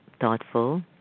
thoughtful